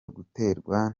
guterwa